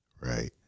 Right